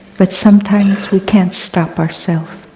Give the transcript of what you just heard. but sometimes we can't stop ourself.